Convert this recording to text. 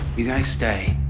you guys stay.